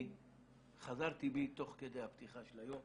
אני חזרתי בי תוך כדי הפתיחה של היום.